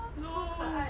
no